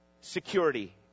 security